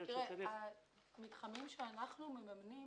המתחמים שאנחנו מממנים,